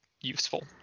useful